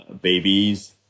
babies